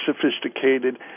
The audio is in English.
sophisticated